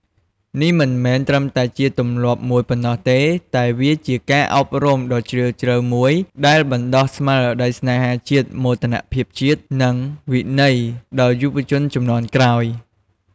នេះមិនមែនត្រឹមតែជាទម្លាប់មួយប៉ុណ្ណោះទេ តែវាជាការអប់រំដ៏ជ្រាលជ្រៅមួយដែលបណ្ដុះស្មារតីស្នេហាជាតិ មោទនភាពជាតិ និងវិន័យដល់យុវជនជំនាន់ក្រោយ។